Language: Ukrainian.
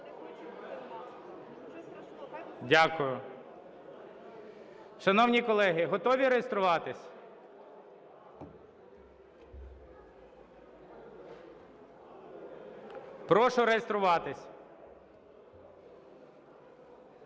Дякую. Шановні колеги, готові реєструватися? Прошу реєструватися.